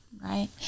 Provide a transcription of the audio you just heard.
right